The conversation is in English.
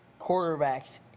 quarterbacks